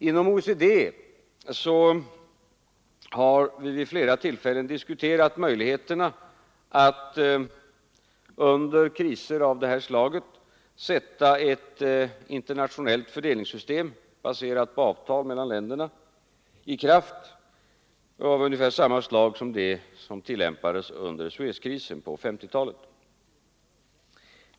Inom OECD har man vid flera tillfällen diskuterat möjligheten att under kriser av det här slaget sätta i kraft ett internationellt fördelningssystem, baserat på avtal mellan länderna, av ungefär det slag som tillämpades under Suezkrisen på 1950-talet.